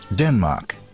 Denmark